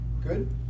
Good